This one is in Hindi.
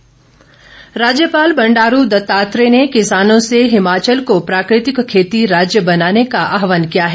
राज्यपाल राज्यपाल बंडारू दत्तात्रेय ने किसानों से हिमाचल को प्राकृतिक खेती राज्य बनाने का आहवान किया है